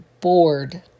bored